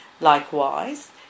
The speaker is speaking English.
Likewise